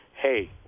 hey